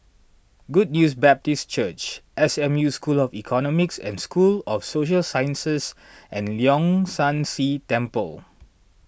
Good News Baptist Church S M U School of Economics and School of Social Sciences and Leong San See Temple